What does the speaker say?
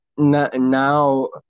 Now